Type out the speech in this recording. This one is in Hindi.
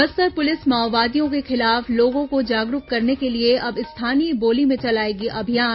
बस्तर पुलिस माओवादियों के खिलाफ लोगों को जागरूक करने के लिए अब स्थानीय बोली में चलाएगी अभियान